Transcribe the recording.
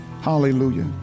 Hallelujah